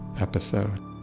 episode